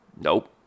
Nope